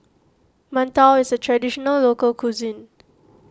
Mantou is a Traditional Local Cuisine